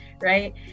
right